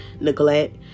Neglect